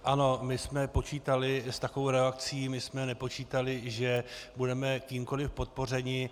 Ano, my jsme počítali s takovou reakcí, my jsme nepočítali, že budeme kýmkoliv podpořeni.